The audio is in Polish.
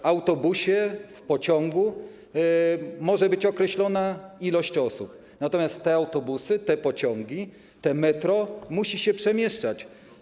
W autobusie, w pociągu może być określona liczba osób, natomiast te autobusy, te pociągi, to metro muszą się przemieszczać.